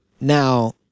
Now